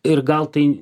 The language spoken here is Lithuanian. ir gal tai